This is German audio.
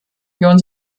union